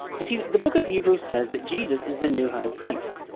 you see, the book of hebrews says that jesus is the new high priest.